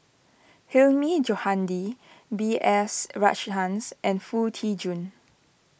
Hilmi Johandi B S Rajhans and Foo Tee Jun